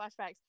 flashbacks